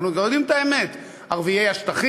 אנחנו כבר יודעים את האמת: ערביי השטחים,